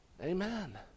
Amen